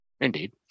Indeed